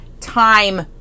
time